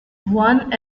one